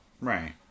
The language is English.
right